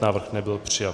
Návrh nebyl přijat.